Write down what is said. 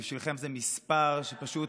בשבילכם זה מספר שפשוט